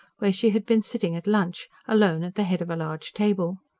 where she had been sitting at lunch, alone at the head of a large table.